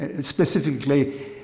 specifically